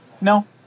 No